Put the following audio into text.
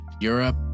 Europe